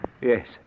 Yes